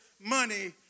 money